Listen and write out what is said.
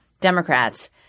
Democrats